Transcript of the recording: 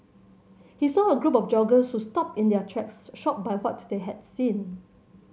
he saw a group of joggers who stopped in their tracks shocked by what they had seen